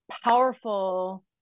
powerful